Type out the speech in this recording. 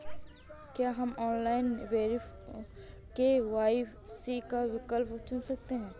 क्या हम online KYC का विकल्प चुन सकते हैं?